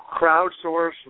Crowdsource